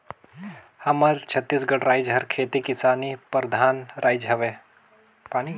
हमर छत्तीसगढ़ राएज हर खेती किसानी परधान राएज हवे